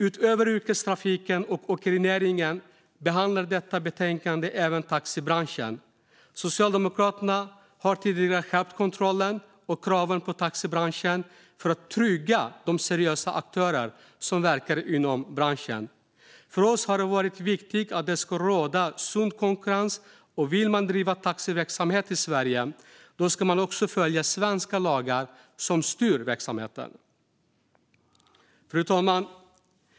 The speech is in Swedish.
Utöver yrkestrafiken och åkerinäringen behandlar detta betänkande även taxibranschen. Socialdemokraterna har tidigare skärpt kontrollen och kraven på taxibranschen för att trygga de seriösa aktörer som verkar inom branschen. För oss har det varit viktigt att det ska råda sund konkurrens. Vill man bedriva taxiverksamhet i Sverige ska man också följa de svenska lagar som styr verksamheten. Fru talman!